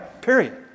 period